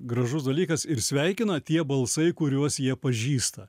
gražus dalykas ir sveikina tie balsai kuriuos jie pažįsta